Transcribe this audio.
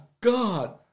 God